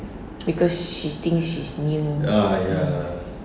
because she thinks she's new mm